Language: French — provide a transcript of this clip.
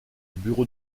bureau